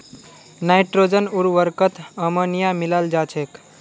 nitrogen उर्वरकत ammonia मिलाल जा छेक